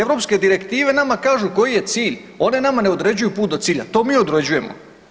Europske direktive nama kažu koji je cilj, one nama ne određuju put do cilja, to mi određujemo.